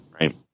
right